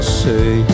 say